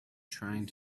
trying